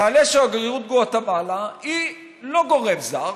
תעלה שגרירות גואטמלה, היא לא גורם זר,